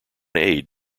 aide